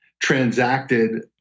transacted